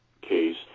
case